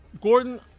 Gordon